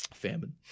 famine